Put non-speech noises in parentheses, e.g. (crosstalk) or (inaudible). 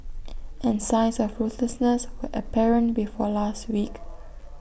(noise) and signs of ruthlessness were apparent before last week